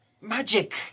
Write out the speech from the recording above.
Magic